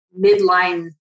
midline